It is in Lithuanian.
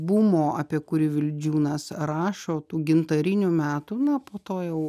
bumo apie kurį vildžiūnas rašo tų gintarinių metų na po to jau